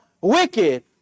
wicked